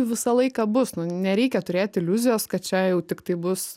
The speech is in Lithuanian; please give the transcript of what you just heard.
visą laiką bus nu nereikia turėti iliuzijos kad čia jau tiktai bus